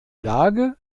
lage